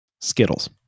Skittles